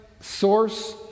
source